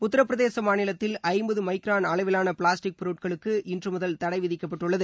உத்தரப்பிரதேச மாநிலத்தில் ஐம்பது மைக்ரான் அளவிலான பிளாஸ்டிக் பொருட்களுக்கு இன்று முதல் தடை விதிக்கப்பட்டுள்ளது